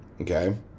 Okay